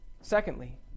Secondly